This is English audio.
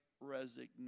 resignation